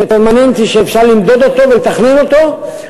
שאפשר למדוד אותו ולתכנן אותו,